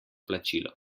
plačilo